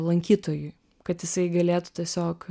lankytojui kad jisai galėtų tiesiog